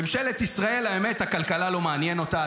ממשלת ישראל, האמת, הכלכלה לא מעניינת אותה.